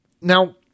Now